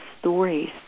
stories